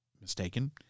mistaken